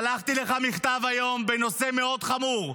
שלחתי לך מכתב היום בנושא חמור מאוד: